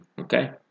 Okay